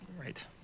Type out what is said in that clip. Right